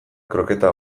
kroketa